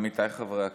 עמיתיי חברי הכנסת,